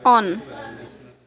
on